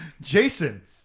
Jason